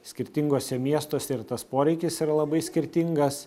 skirtinguose miestuose ir tas poreikis yra labai skirtingas